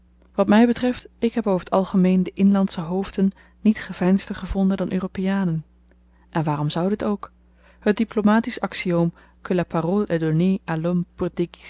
wat my betreft ik heb over t algemeen de inlandsche hoofden niet geveinsder gevonden dan europeanen en waarom zou dit ook het diplomatisch axioom